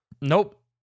Nope